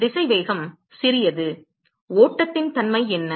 திசைவேகம் சிறியது ஓட்டத்தின் தன்மை என்ன